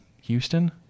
Houston